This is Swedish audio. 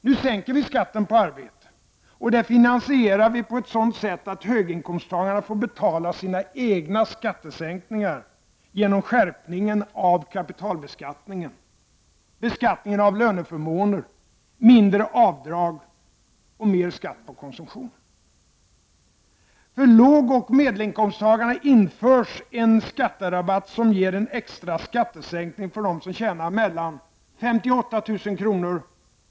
Nu sänker vi skatten på arbete, och det finansierar vi på ett sådant sätt att höginkomsttagarna får betala sina egna skattesänkningar genom skärpningen av kapitalbeskattningen, beskattningen av löneförmåner, mindre avdrag och mer skatt på konsumtion. För lågoch medelinkomsttagarna införs en skatterabatt som ger en extra skattesänkning för dem som tjänar mellan 58 000 kr.